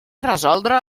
resoldre